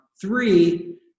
three